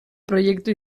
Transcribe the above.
proiektu